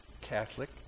Catholic